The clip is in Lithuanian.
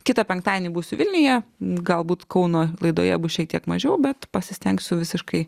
kitą penktadienį būsiu vilniuje galbūt kauno laidoje bus šiek tiek mažiau bet pasistengsiu visiškai